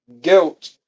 guilt